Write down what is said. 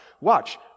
watch